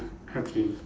okay